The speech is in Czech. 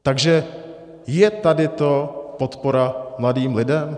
Takže je tady to podpora mladým lidem?